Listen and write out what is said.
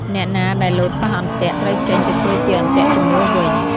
អ្នកណាដែលលោតប៉ះអន្ទាក់ ត្រូវចេញទៅធ្វើជាអន្ទាក់ជំនួសវិញ ។